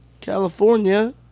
California